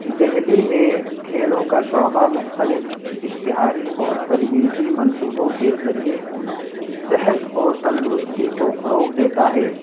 دہلی میں کھیلوں کا شعبہ مختلف اشتہاری اور ترویجی منصوبوں کے ذریعے صحت اور تندرستی کو فروغ دیتا ہے